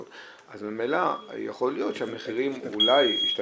אז ממילא יכול להיות שהמחירים אולי ישתנו.